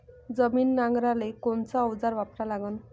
जमीन नांगराले कोनचं अवजार वापरा लागन?